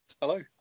Hello